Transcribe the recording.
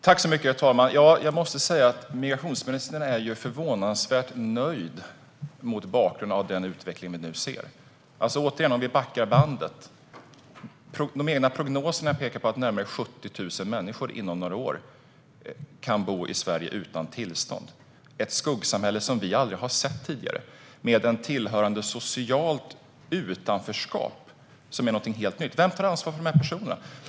Herr talman! Jag måste säga att migrationsministern är förvånansvärt nöjd mot bakgrund av den utveckling vi nu ser. Vi kan backa bandet igen. De egna prognoserna pekar alltså på att det inom några år kan vara 70 000 människor som bor i Sverige utan tillstånd. Det är ett skuggsamhälle vi aldrig har sett tidigare, med ett tillhörande socialt utanförskap som är någonting helt nytt. Vem tar ansvar för dessa personer?